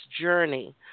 journey